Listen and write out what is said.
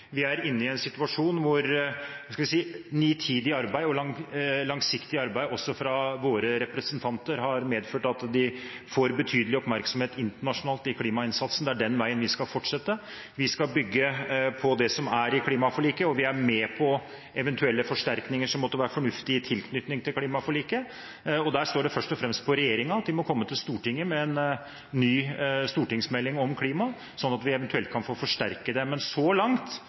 Vi er inne i en situasjon hvor nitid og langsiktig arbeid også fra våre representanter har ført til at de får betydelig oppmerksomhet internasjonalt for klimainnsatsen. Det er den veien vi skal fortsette. Vi skal bygge på det som er i klimaforliket, og vi er med på eventuelle forsterkninger som måtte være fornuftige i tilknytning til klimaforliket. Det står først og fremst på regjeringen og at de må komme til Stortinget med en ny stortingsmelding om klima, sånn at vi eventuelt kan få forsterke det. Men så langt